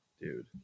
dude